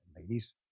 ladies